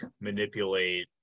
manipulate